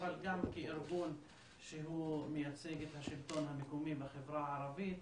אבל גם כארגון שמייצג את השלטון המקומי בחברה הערבית,